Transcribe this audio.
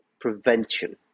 prevention